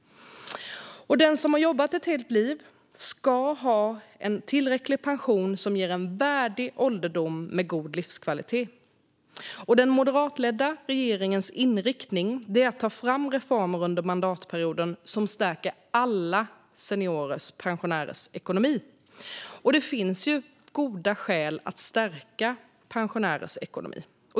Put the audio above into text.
Den som har jobbat ett helt liv ska ha en tillräcklig pension som ger en värdig ålderdom med god livskvalitet. Den moderatledda regeringens inriktning är att ta fram reformer under mandatperioden som stärker alla pensionärers ekonomi. Det finns ju goda skäl att stärka ekonomin för landets pensionärer.